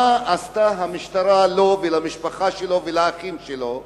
מה עשתה המשטרה לו ולמשפחה שלו ולאחים שלו.